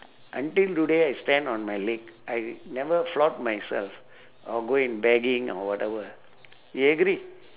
until today I stand on my leg I never flaunt myself or go and begging or whatever you agree